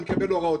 אני מקבל הוראות.